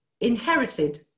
inherited